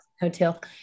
hotel